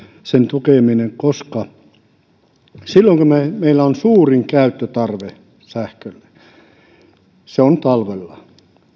sen tukeminen koska meillä suurin käyttötarve sähkölle on talvella